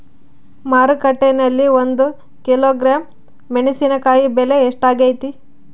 ಮಾರುಕಟ್ಟೆನಲ್ಲಿ ಒಂದು ಕಿಲೋಗ್ರಾಂ ಮೆಣಸಿನಕಾಯಿ ಬೆಲೆ ಎಷ್ಟಾಗೈತೆ?